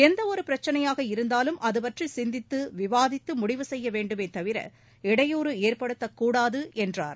எந்தவொரு பிரச்சினையாக இருந்தாலும் அதுபற்றி சிந்தித்து விவாதித்து முடிவு செய்ய வேண்டுமே தவிர இடையூறு ஏற்படுத்தக் கூடாது என்றார்